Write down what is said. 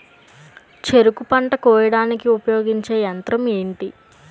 చెరుకు పంట కోయడానికి ఉపయోగించే యంత్రం ఎంటి?